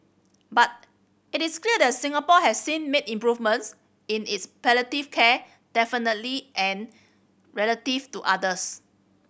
but it is clear that Singapore has since made improvements in its palliative care definitely and relative to others